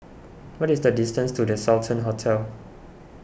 what is the distance to the Sultan Hotel